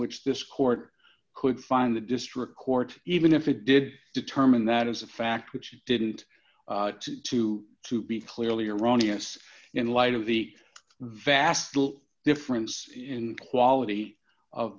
which this court could find the district court even if it did determine that as a fact which you didn't to to be clearly erroneous in light of the vast little difference in quality of